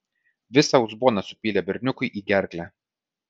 visą uzboną supylė berniukui į gerklę